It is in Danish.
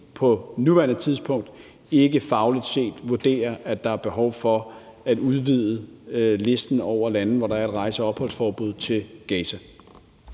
på nuværende tidspunkt ikke fagligt set vurderer, at der er behov for at udvide listen over lande, hvor der er et rejse- og opholdsforbud, til Gaza.